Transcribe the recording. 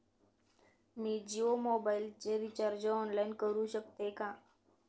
मी जियो मोबाइलचे recharge online करू शकते का?